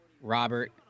Robert